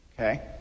okay